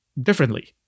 differently